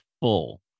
full